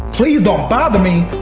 please don't bother me?